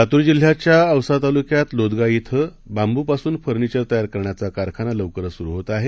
लातूरजिल्ह्याच्याऔसातालुक्यातलोदगाधिबांबूपासूनफर्निचरतयारकरण्याचाकारखानालवकरचसुरूहोतआहे